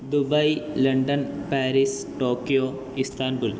Dubai London Paris Tokyo Istanbul